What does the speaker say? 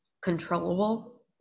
controllable